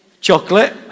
Chocolate